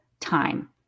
time